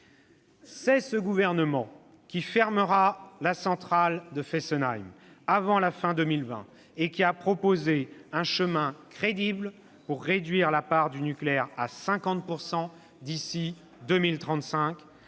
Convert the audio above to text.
C'est ce gouvernement qui fermera la centrale de Fessenheim, avant la fin 2020, et qui a proposé un chemin crédible pour réduire la part du nucléaire à 50 % d'ici à 2035,